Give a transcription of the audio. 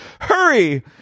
Hurry